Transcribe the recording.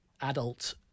adult